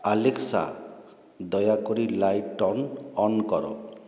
Alexa ଦୟାକରି light turn on କର